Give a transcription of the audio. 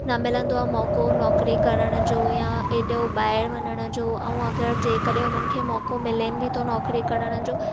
न मिलंदो आहे मौक़ो नौकरी करणु जो या एॾो ॿाहिरि वञणु जो ऐं अग॒रि जेकॾहिं उन्हनि खे मौक़ो मिलेनि बि थो नौकरी करणु जो